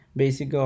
basic